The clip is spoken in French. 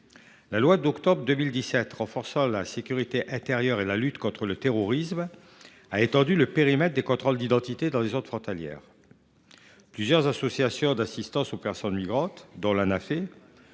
La loi du 30 octobre 2017 renforçant la sécurité intérieure et la lutte contre le terrorisme a étendu le périmètre des contrôles d’identité dans les zones frontalières. Plusieurs associations d’assistance aux personnes migrantes, dont